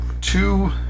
two